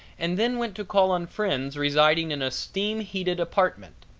and then went to call on friends residing in a steam-heated apartment.